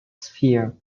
sphere